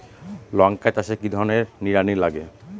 লঙ্কা চাষে কি ধরনের নিড়ানি লাগে?